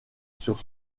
sur